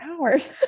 hours